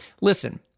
listen